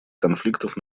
конфликтов